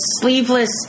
sleeveless